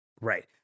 Right